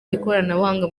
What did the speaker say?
ikoranabuhanga